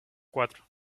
cuatro